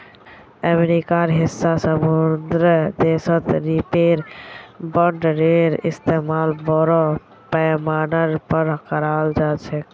अमेरिकार हिस्सा समृद्ध देशत रीपर बाइंडरेर इस्तमाल बोरो पैमानार पर कराल जा छेक